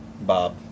Bob